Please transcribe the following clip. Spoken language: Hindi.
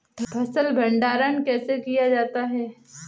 फ़सल भंडारण कैसे किया जाता है?